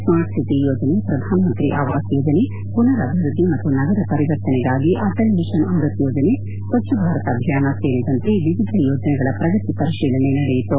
ಸ್ಸಾರ್ಟ್ city ಯೋಜನೆ ಪ್ರಧಾನ ಮಂತ್ರಿ ಆವಾಸ್ ಯೋಜನೆ ಪುನರ್ ಅಭಿವೃದ್ದಿ ಮತ್ತು ನಗರ ಪರಿವರ್ತನೆಗಾಗಿ ಅಟಲ್ ಮಿಷನ್ ಅಮೃತ್ ಯೋಜನೆ ಸ್ವಚ್ದ ಭಾರತ್ ಅಭಿಯಾನ ಸೇರಿದಂತೆ ವಿವಿಧ ಯೋಜನೆಗಳ ಪ್ರಗತಿ ಪರಿಶೀಲನೆ ನಡೆಯಿತು